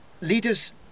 Leaders